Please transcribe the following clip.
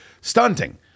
stunting